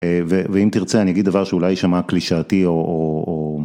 ואם תרצה אני אגיד דבר שאולי ישמע קלישאתי או או או..